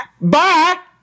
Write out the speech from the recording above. Bye